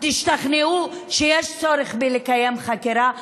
תשתכנעו שיש צורך לקיים חקירה,